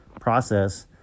process